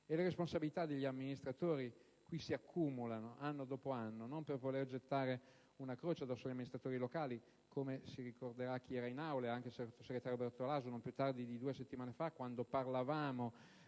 Le responsabilità degli amministratori si accumulano anno dopo anno. Non per voler gettare una croce addosso agli amministratori locali, ma come ricorderà chi era in Aula, anche il sottosegretario Bertolaso - non più tardi di due settimane fa, quando parlavamo